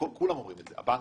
כולם אומרים את זה הבנקים,